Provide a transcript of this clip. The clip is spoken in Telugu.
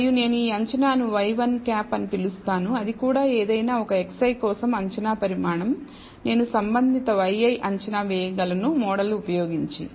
మరియు నేను ఈ అంచనాను ŷ1 అని పిలుస్తాను అది కూడా ఏదైనా ఒక xi కోసం అంచనా పరిమాణం నేను సంబంధిత yi అంచనా వేయగలను మోడల్ ఉపయోగించి